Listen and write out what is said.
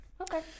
Okay